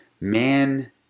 man